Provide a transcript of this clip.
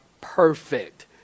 perfect